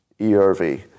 ERV